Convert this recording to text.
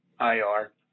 IR